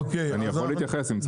אמר לי אני מפחד מרשות המים.